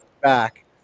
back